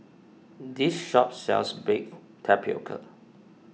this shop sells Baked Tapioca